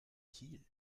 kiel